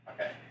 Okay